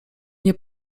nie